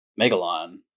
Megalon